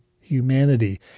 humanity